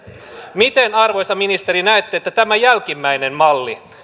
miten arvoisa ministeri näette että tämä jälkimmäinen malli